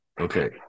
Okay